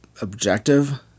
objective